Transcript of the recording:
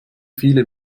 viele